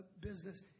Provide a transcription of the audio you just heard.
business